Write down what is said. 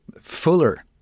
fuller